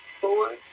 Four